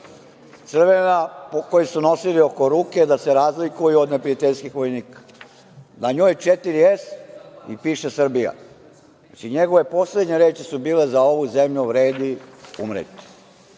crvena, koju su nosili oko ruke da se razlikuju od neprijateljskih vojnika. Na njoj četiri S i piše „Srbija“. Znači, njegove poslednje reči su bile: „Za ovu zemlju treba umreti“.Zašto